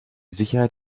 sicherheit